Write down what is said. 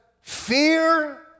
fear